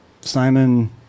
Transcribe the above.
Simon